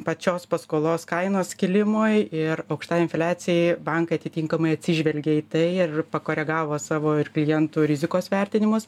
pačios paskolos kainos kilimui ir aukštai infliacijai bankai atitinkamai atsižvelgė į tai ir pakoregavo savo ir klientų rizikos vertinimus